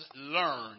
learn